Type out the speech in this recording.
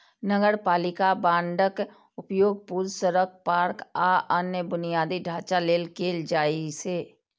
नगरपालिका बांडक उपयोग पुल, सड़क, पार्क, आ अन्य बुनियादी ढांचा लेल कैल जाइ छै